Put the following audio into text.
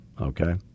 okay